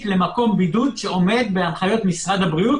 למקום בידוד שעומד בהנחיות משרד הבריאות.